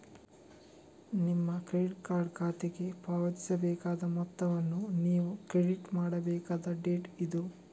ನಿಮ್ಮ credit card ಖಾತೆಗೆ ಪಾವತಿಸಬೇಕಾದ ಮೊತ್ತವನ್ನು ನೀವು ಕ್ರೆಡಿಟ್ ಮಾಡಬೇಕಾದ ಡೇಟ್ ಇದು